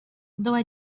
though